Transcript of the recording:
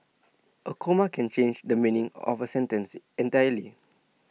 A comma can change the meaning of A sentence entirely